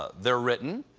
they're written.